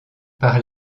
par